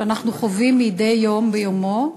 שאנחנו חווים מדי יום ביומו,